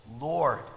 Lord